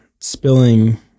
spilling